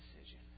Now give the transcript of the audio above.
decision